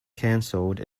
cancelled